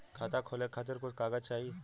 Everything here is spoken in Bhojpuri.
खाता खोले के खातिर कुछ कागज चाही?